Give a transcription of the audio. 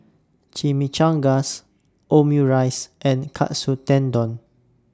Chimichangas Omurice and Katsu Tendon